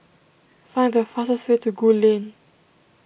find the fastest way to Gul Lane